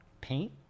paint